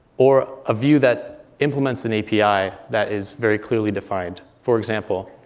or a view that implements an api that is very clearly defined. for example,